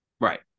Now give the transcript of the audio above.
Right